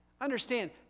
Understand